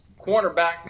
cornerback